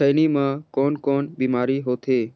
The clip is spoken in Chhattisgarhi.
खैनी म कौन कौन बीमारी होथे?